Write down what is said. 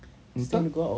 this time